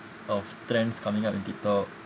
of trends coming up in tiktok